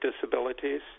disabilities